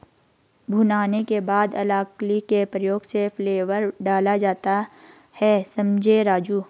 भुनाने के बाद अलाकली के प्रयोग से फ्लेवर डाला जाता हैं समझें राजु